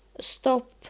stop